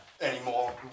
anymore